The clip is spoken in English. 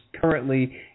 currently